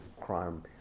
crime